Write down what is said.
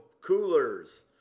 coolers